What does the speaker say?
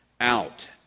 Out